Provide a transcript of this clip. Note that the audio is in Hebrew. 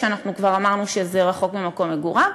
שאנחנו כבר אמרנו שזה רחוק ממקום מגוריו,